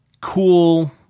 cool